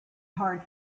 hard